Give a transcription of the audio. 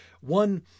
One